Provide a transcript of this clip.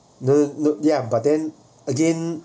no no no ya but then again